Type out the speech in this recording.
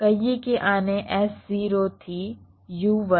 કહીએ કે આને S0 થી U1 પછી S1 S2